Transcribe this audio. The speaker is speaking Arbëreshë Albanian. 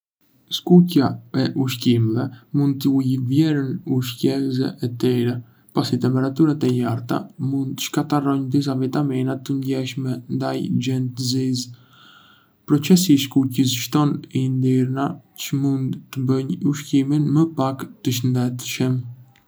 Skuqja e ushqimeve mund të ulë vlerën ushqyese e tyre, pasi temperaturat e larta mund të shkatërrojnë disa vitamina të ndjeshme ndaj nxehtësisë. Procesi i skuqjes shton yndyrna që mund të bëjnë ushqimin më pak të shëndetshëm.